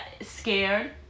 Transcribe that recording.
scared